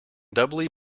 doubly